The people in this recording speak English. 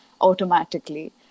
automatically